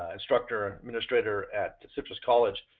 instructor, administrator at sequoias college,